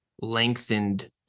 lengthened